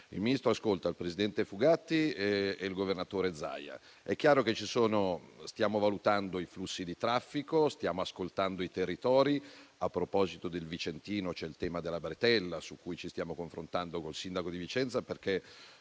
il Ministro ascolta il presidente Fugatti e il governatore Zaia. È chiaro che stiamo valutando i flussi di traffico e stiamo ascoltando i territori. A proposito del Vicentino c'è il tema della bretella, su cui ci stiamo confrontando col sindaco di Vicenza, perché